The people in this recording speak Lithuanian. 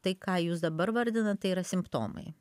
tai ką jūs dabar vardinat tai yra simptomai